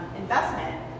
investment